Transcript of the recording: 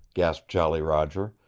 gasped jolly roger.